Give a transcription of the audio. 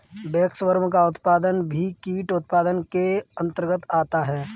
waxworm का उत्पादन भी कीट उत्पादन के अंतर्गत आता है